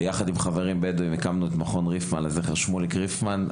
יחד עם חברים בדואים הקמנו את 'מכון ריפמן׳ לזכר שמוליק ריפמן.